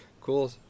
Cool